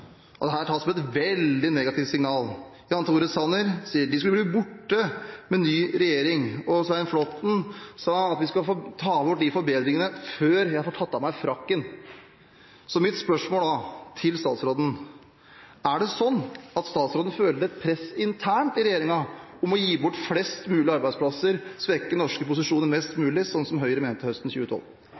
tas som et veldig negativt signal, Jan Tore Sanner sa at de skulle bli borte med ny regjering, og Svein Flåtten sa at de skulle ta bort de forbedringene før han hadde fått «hengt av seg frakken». Så da er mitt spørsmål til statsråden: Er det slik at statsråden føler et press internt i regjeringen om å gi bort flest mulig arbeidsplasser, svekke norske posisjoner mest mulig, slik som Høyre mente høsten 2012?